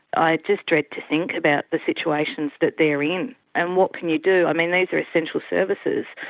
i just dread to think about the situations that they're in. and what can you do? i mean, these are essential services,